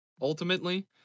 ultimately